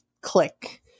click